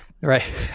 Right